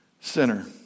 sinner